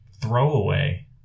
throwaway